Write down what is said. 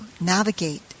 navigate